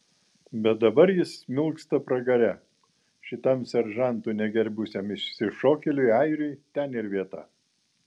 bet dabar jis smilksta pragare šitam seržantų negerbusiam išsišokėliui airiui ten ir vieta